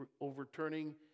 overturning